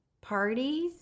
parties